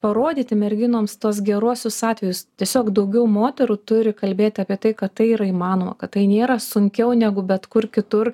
parodyti merginoms tuos geruosius atvejus tiesiog daugiau moterų turi kalbėti apie tai kad tai yra įmanoma kad tai nėra sunkiau negu bet kur kitur